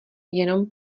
jenom